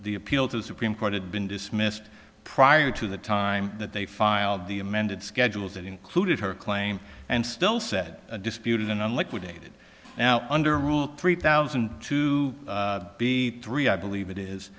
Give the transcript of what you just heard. appeal to the supreme court had been dismissed prior to the time that they filed the amended schedules that included her claim and still said disputed and on liquidated now under rule three thousand to be three i believe it